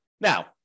Now